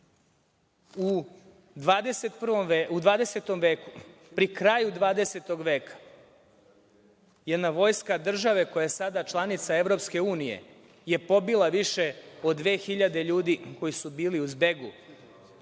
U 20. veku, pri kraju 20. veka, jedna vojska države koja je sada članica Evropske unije je pobila više od 2.000 ljudi koji su bili u zbegu,